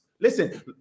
listen